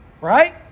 Right